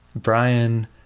Brian